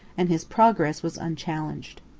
and his progress was unchallenged.